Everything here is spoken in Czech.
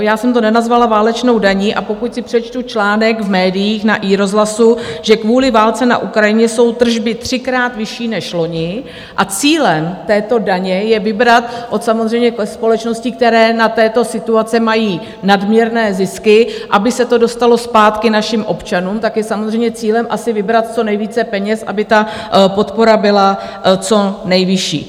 Já jsem to nenazvala válečnou daní, a pokud si přečtu článek v médiích na iRozhlasu, že kvůli válce na Ukrajině jsou tržby třikrát vyšší než loni a cílem této daně je vybrat samozřejmě od společností, které na této situaci mají nadměrné zisky, aby se to dostalo zpátky našim občanům, tak je samozřejmě cílem asi vybrat co nejvíce peněz, aby ta podpora byla co nejvyšší.